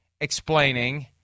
explaining